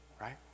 right